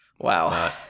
Wow